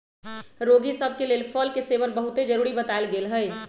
रोगि सभ के लेल फल के सेवन बहुते जरुरी बतायल गेल हइ